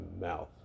mouth